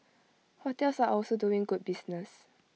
hotels are also doing good business